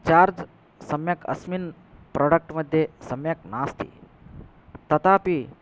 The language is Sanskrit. चार्ज् सम्यक् अस्मिन् प्रोडक्ट् मध्ये सम्यक् नास्ति तथापि